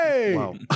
Wow